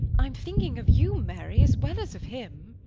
i'm thinking of you, mary, as well as of him.